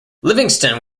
livingston